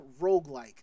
roguelike